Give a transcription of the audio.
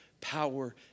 power